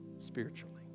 spiritually